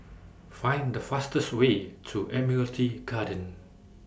Find The fastest Way to Admiralty Garden